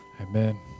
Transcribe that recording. Amen